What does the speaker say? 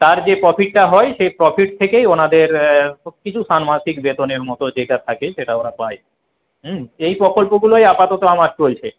তার যে প্রফিটটা হয় সেই প্রফিট থেকেই ওঁদের সব কিছু সান্মাসিক বেতনের মতো যেটা থাকে সেটা ওরা পায় এই প্রকল্পগুলোই আপাতত আমার চলছে